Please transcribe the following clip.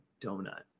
donut